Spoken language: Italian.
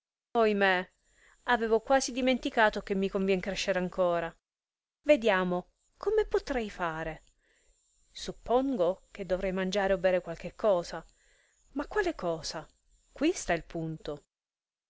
statura adeguata oimè avevo quasi dimenticato che mi convien crescere ancora vediamo come potrei fare suppongo che dovrei mangiare o bere qualche cosa ma quale cosa quì sta il punto